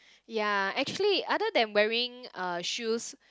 ya actually other than wearing uh shoes